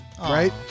Right